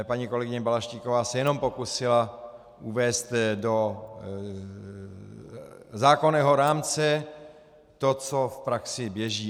Paní kolegyně Balaštíková se jenom pokusila uvést do zákonného rámce to, co v praxi běží.